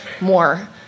more